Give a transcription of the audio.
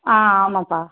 ஆ ஆமாம்ப்பா